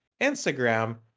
Instagram